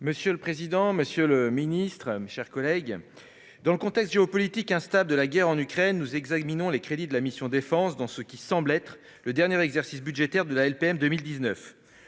Monsieur le président, monsieur le ministre, mes chers collègues, dans le contexte géopolitique instable de la guerre en Ukraine, nous examinons les crédits de la mission « Défense » dans ce qui semble être le dernier exercice budgétaire de la LPM de 2019.